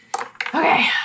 Okay